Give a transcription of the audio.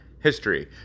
history